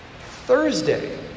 Thursday